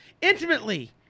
intimately